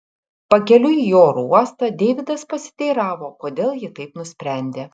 pakeliui į oro uostą deividas pasiteiravo kodėl ji taip nusprendė